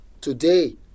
today